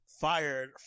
fired